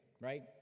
Right